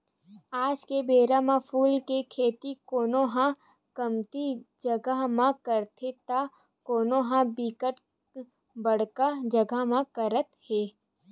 आज के बेरा म फूल के खेती कोनो ह कमती जगा म करथे त कोनो ह बिकट बड़का जगा म करत हे